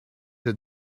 that